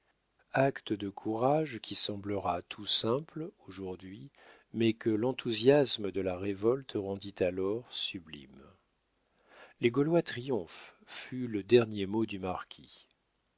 acte de courage qui semblera tout simple aujourd'hui mais que l'enthousiasme de la révolte rendit alors sublime les gaulois triomphent fut le dernier mot du marquis